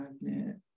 Magnet